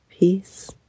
Peace